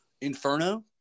Inferno